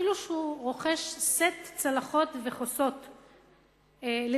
אפילו כשהוא רוכש סט צלחות וכוסות לביתו,